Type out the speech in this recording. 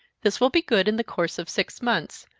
this will be good in the course of six months,